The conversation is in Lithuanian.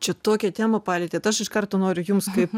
čia tokią temą palietėt aš iš karto noriu jums kaip